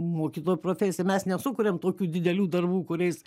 mokytojo profesija mes nesukuriam tokių didelių darbų kuriais